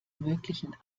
möglichen